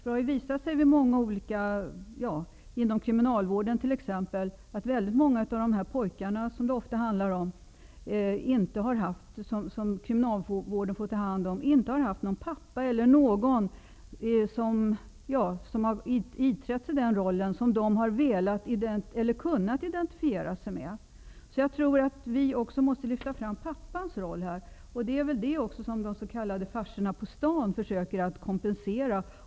Det visar sig t.ex. inom kriminalvården att väldigt många av de pojkar som hamnar där inte har haft någon pappa eller någon som de har kunnat identifiera sig med. Jag tror alltså att vi måste lyfta fram pappans roll. Det är väl vad de s.k. farsorna på stan försöker göra.